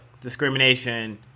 discrimination